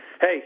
Hey